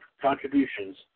contributions